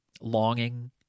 longing